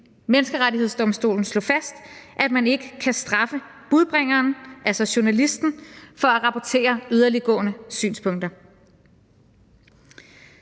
Menneskerettighedsdomstolen slog fast, at man ikke kan straffe budbringeren, altså journalisten, for at rapportere yderliggående synspunkter.